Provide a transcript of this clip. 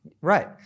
Right